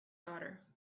daughter